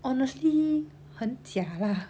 honestly 很假啦